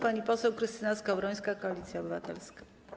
Pani poseł Krystyna Skowrońska, Koalicja Obywatelska.